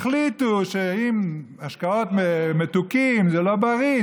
החליטה שאם משקאות מתוקים זה לא בריא,